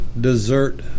desert